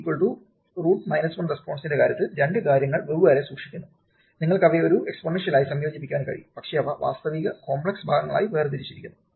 ഈ j√ 1 റെസ്പോൺസിന്റെ കാര്യത്തിൽ രണ്ട് കാര്യങ്ങൾ വെവ്വേറെ സൂക്ഷിക്കുന്നു നിങ്ങൾക്ക് അവയെ ഒരു എക്സ്പോണൻഷ്യലായി സംയോജിപ്പിക്കാൻ കഴിയും പക്ഷേ അവ വാസ്തവിക കോംപ്ലക്സ് ഭാഗങ്ങളായി വേർതിരിച്ചിരിക്കുന്നു